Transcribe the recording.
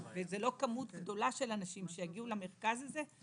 ולא כמות גדולה של אנשים שיגיעו למרכז הזה,